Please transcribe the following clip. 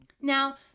Now